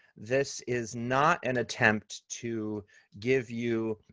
this is not an attempt to give you